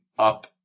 Up